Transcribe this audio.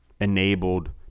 enabled